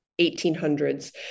1800s